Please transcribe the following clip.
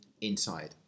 inside